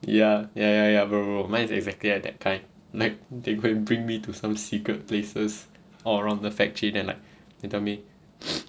ya ya ya bro bro mine is exactly like that kind like they go and bring me to some secret places all around the factory then like they tell me